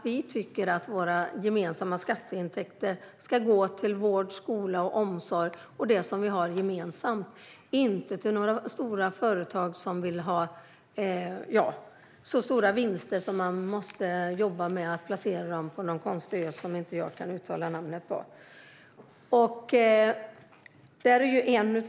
Vi tycker att våra gemensamma skatteintäkter ska gå till vård, skola och omsorg och till det som vi har gemensamt, inte till några stora företag som placerar sina stora vinster på någon konstig ö som jag inte kan uttala namnet på.